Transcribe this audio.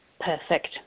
Perfect